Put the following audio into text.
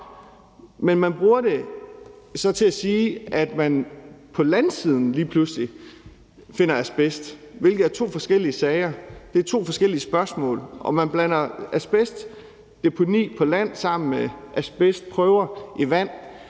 men man bruger det så til at sige, at der på landsiden lige pludselig findes asbest, hvilket er en anden sag. Det er to forskellige sager, det er to forskellige spørgsmål, og man blander asbest på land sammen med asbestprøver i vand.